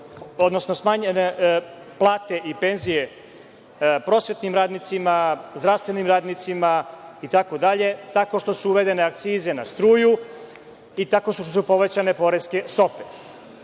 odnosno smanjene plate i penzije prosvetnim radnicima, zdravstvenim radnicima, itd,. tako što su uvedene akcize na struju i tako što su povećane poreske stope. Ja